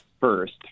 first